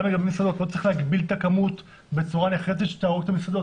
לא צריך להגביל את הכמות בצורה נחרצת שתהרוג את המסעדות.